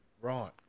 Right